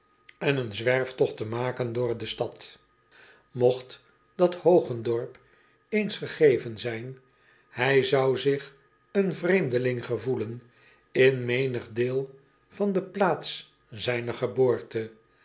en potlood eel door de stad ogt dat ogendorp eens gegeven zijn hij zou zich een vreemdeling gevoelen in menig deel van de plaats zijner geboorte